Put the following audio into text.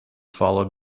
followed